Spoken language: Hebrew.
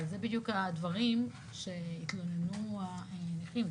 אבל אלו בדיוק הדברים שהתלוננו הנכים,